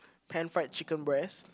pan fried chicken breast